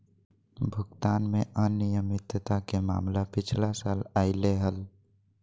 भुगतान में अनियमितता के मामला पिछला साल अयले हल